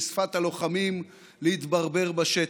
בשפת הלוחמים: להתברבר בשטח.